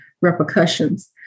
repercussions